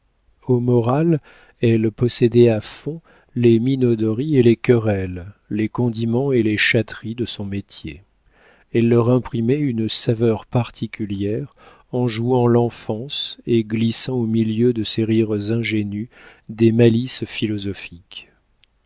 au moral elle possédait à fond les minauderies et les querelles les condiments et les chatteries de son métier elle leur imprimait une saveur particulière en jouant l'enfance et glissant au milieu de ses rires ingénus des malices philosophiques